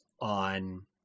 on